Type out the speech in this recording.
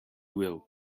will